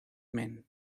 men